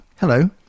Hello